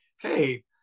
hey